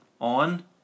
On